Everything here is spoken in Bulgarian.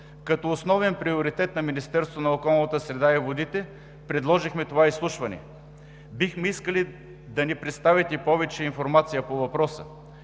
като основен приоритет на Министерството на околната среда и водите, предложихме това изслушване. Бихме искали да ни представите повече информация по въпроса